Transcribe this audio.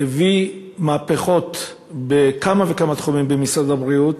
הביא מהפכות בכמה וכמה תחומים במשרד הבריאות,